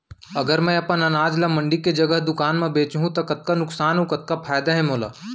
अगर मैं अपन अनाज ला मंडी के जगह दुकान म बेचहूँ त कतका नुकसान अऊ फायदा हे मोला?